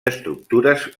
estructures